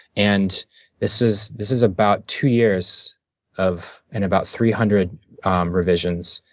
and this is this is about two years of, and about three hundred revisions,